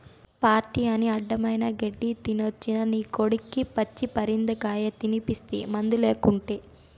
party అని అడ్డమైన గెడ్డీ తినేసొచ్చిన నీ కొడుక్కి పచ్చి పరిందకాయ తినిపిస్తీ మందులేకుటే